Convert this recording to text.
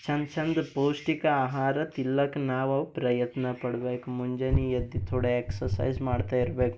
ಛಂದ ಛಂದ ಪೌಷ್ಟಿಕ ಆಹಾರ ತಿನ್ಲಕ್ಕೆ ನಾವು ಪ್ರಯತ್ನ ಪಡಬೇಕು ಮುಂಜಾನೆ ಎದ್ದು ಥೋಡೆ ಎಕ್ಸಸೈಸ್ ಮಾಡ್ತಾಯಿರ್ಬೇಕು